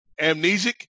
amnesic